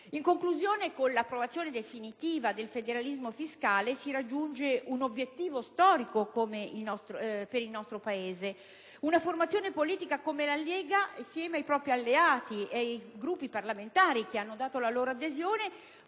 In conclusione, con l'approvazione definitiva del federalismo fiscale si raggiunge un obiettivo storico per il nostro Paese: una formazione politica come la Lega, assieme ai propri alleati e ai Gruppi parlamentari che hanno dato la propria adesione,